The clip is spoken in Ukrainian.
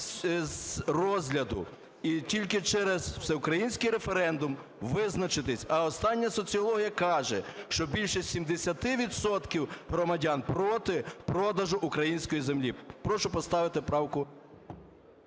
з розгляду і тільки через всеукраїнський референдум визначитись. А остання соціологія каже, що більше 70 відсотків громадян проти продажу української землі. Прошу поставити правку…